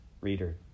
Reader